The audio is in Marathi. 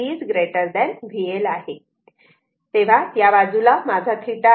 तेव्हा या बाजूला आता माझा θ आहे